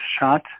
shot